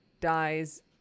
dies